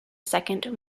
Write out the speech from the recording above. second